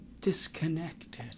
disconnected